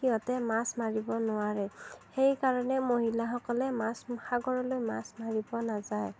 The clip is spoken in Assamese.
সিহঁতে মাছ মাৰিব নোৱাৰে সেই কাৰণে মহিলাসকলে মাছ সাগৰলৈ মাছ মাৰিব নাযায়